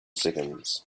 seconds